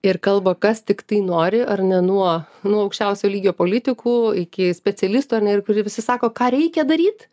ir kalba kas tiktai nori ar ne nuo nuo aukščiausio lygio politikų iki specialistų ar ne ir kur visi sako ką reikia daryt